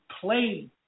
played